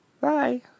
bye